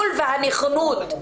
הערכה על המוכנות והנכונות לטיפול.